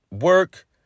work